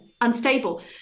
unstable